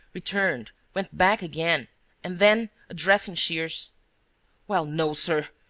returned, went back again and then, addressing shears well, no, sir!